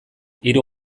hiru